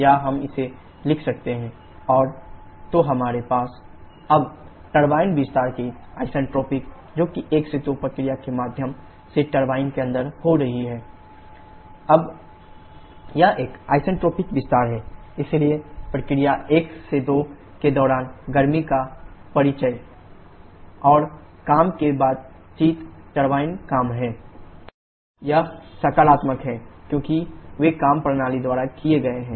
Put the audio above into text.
या हम इसे लिख सकते हैं 𝑊451 0 और q451qB तो हमारे पास qBh1 h4 अब टरबाइन विस्तार की आइसेंट्रोपिक जो कि 1 2 प्रक्रिया के माध्यम से टरबाइन के अंदर हो रही है q12 W12h2 h1 अब यह एक आइसेंट्रोपिक विस्तार है इसलिए प्रक्रिया 1 2 के दौरान गर्मी का परिचय q120 और काम की बातचीत टरबाइन काम है W12WT यह सकारात्मक है क्योंकि वे काम प्रणाली द्वारा दिए गए हैं